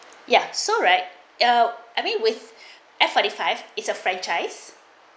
ya so right uh I mean with F forty five is a franchise